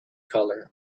color